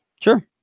sure